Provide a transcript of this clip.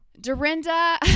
Dorinda